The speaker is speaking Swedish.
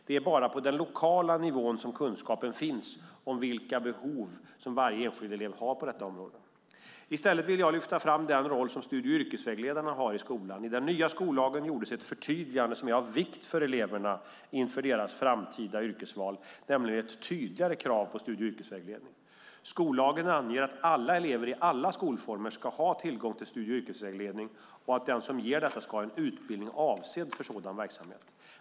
Det är bara på den lokala nivån som kunskapen finns om vilka behov varje enskild elev har på detta område. I stället vill jag lyfta fram den roll som studie och yrkesvägledarna har i skolan. I den nya skollagen gjordes ett förtydligande som är av vikt för eleverna inför deras framtida yrkesval, nämligen ett tydligare krav på studie och yrkesvägledning. Skollagen anger att alla elever i alla skolformer ska ha tillgång till studie och yrkesvägledning och att den som ger detta ska ha en utbildning avsedd för sådan verksamhet.